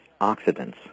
oxidants